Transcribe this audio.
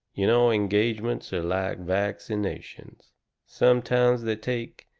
you know engagements are like vaccination sometimes they take,